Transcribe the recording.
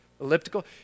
Elliptical